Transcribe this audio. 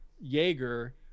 Jaeger